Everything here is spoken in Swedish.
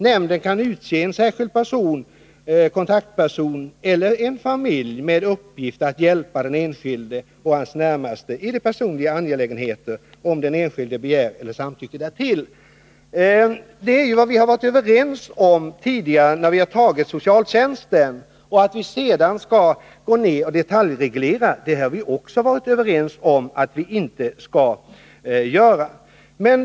Nämnden kan utse en särskild person eller en familj med uppgift att hjälpa den enskilde och hans närmaste i personliga angelägenheter, om den enskilde begär eller samtycker till det.” Det är vad vi varit överens om tidigare när vi beslutade om socialtjänsten. Att sedan gå ner och detaljreglera har vi också varit överens om att vi inte skall göra.